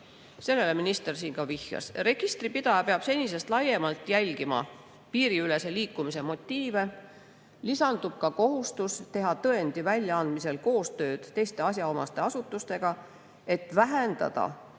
Sellele minister siin ka vihjas.